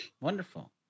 Wonderful